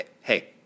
hey